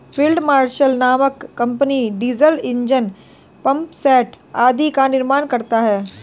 field marshal नामक company diesel engine, pumpset आदि का निर्माण करता है